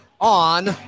on